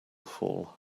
fall